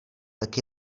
tak